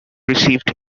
received